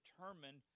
determined